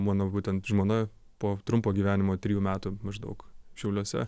mano būtent žmona po trumpo gyvenimo trijų metų maždaug šiauliuose